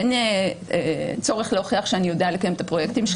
אין צורך להוכיח שאני יודע לקיים את הפרויקטים שלי.